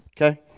okay